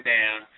down